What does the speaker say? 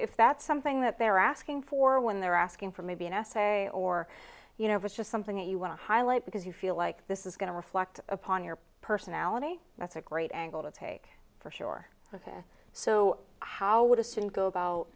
if that's something that they're asking for when they're asking for maybe an essay or you know which is something that you want to highlight because you feel like this is going to reflect upon your personality that's a great angle to take for sure so how would a student go about